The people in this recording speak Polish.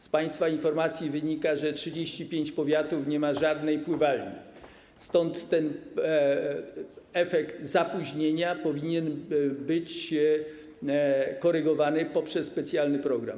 Z państwa informacji wynika, że 35 powiatów nie ma żadnej pływalni, stąd ten efekt zapóźnienia powinien być korygowany poprzez specjalny program.